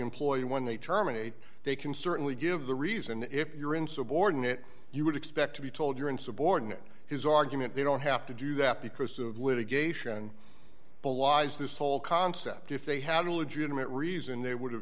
employer when they terminate they can certainly give the reason if you're insubordinate you would expect to be told you're insubordinate his argument they don't have to do that because of litigation belies this whole concept if they had a legitimate reason they would